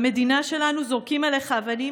במדינה שלנו זורקים עליך אבנים,